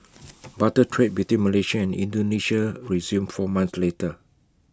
barter trade between Malaysia and Indonesia resumed four months later